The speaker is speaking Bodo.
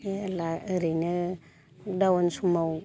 जेला ओरैनो डाउन समाव